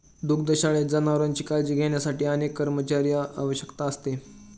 दुग्धशाळेत जनावरांची काळजी घेण्यासाठी अनेक कर्मचाऱ्यांची आवश्यकता असते